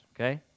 okay